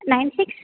nine six